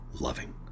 loving